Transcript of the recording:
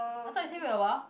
I thought you say wait awhile